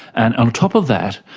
and on top of that,